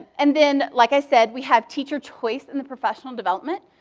and then, like i said, we have teacher choice in the professional development.